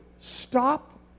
Stop